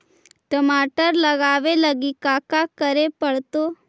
टमाटर लगावे लगी का का करये पड़तै?